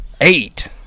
eight